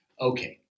Okay